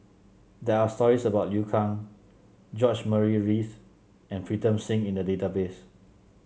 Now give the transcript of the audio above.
there are stories about Liu Kang George Murray Reith and Pritam Singh in the database